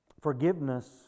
Forgiveness